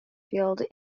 field